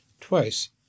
twice